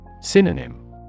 Synonym